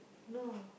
no